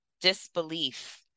disbelief